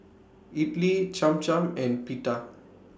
Idili Cham Cham and Pita